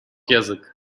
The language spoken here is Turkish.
yazık